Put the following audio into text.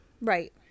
Right